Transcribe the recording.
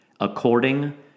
According